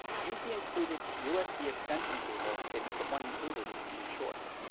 use the included usb extension cable if the one included is too short.